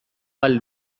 ahal